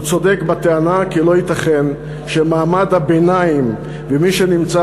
הוא צודק בטענה כי לא ייתכן שמעמד הביניים ומי שנמצא